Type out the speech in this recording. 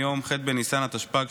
מיום ‏ח' בניסן התשפ"ג,